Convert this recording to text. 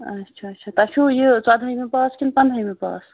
اچھا اچھا تۄہہِ چھُو یہِ ژۄدہٲیمہِ پاس کِنہٕ پَنٛدہٲیمہِ پاس